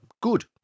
good